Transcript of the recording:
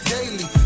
Daily